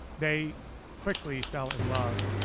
they quickly fell in love,